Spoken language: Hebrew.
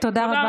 תודה רבה.